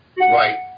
right